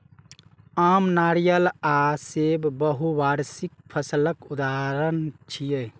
आम, नारियल आ सेब बहुवार्षिक फसलक उदाहरण छियै